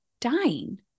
dying